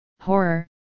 horror